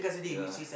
ya